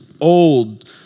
old